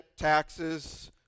taxes